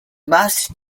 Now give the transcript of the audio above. must